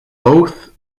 both